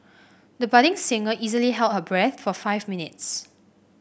the budding singer easily held her breath for five minutes